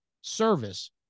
service